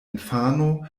infano